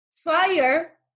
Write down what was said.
fire